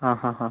ആ ഹാ ഹാ